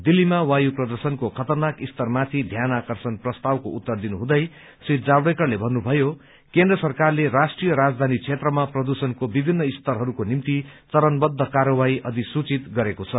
दिल्लीमा वायु प्रदुषणको खतरनाक स्तरमाथि ध्यानाकर्षण प्रस्तावको उत्तर दिनुहुँदै श्री जावडेकरले भन्नुमयो केन्द्र सरकारले राष्ट्रीय राजधानी क्षेत्रमा प्रदुषणको विभिन्र स्तरहरूको निम्ति चरणबद्व कार्यवाही अधिसूचित गरेको छ